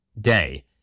Day